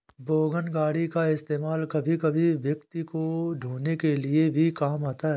wagon गाड़ी का इस्तेमाल कभी कभी व्यक्ति को ढ़ोने के लिए भी काम आता है